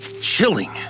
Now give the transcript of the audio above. chilling